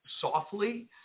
softly